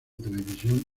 televisión